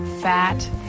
fat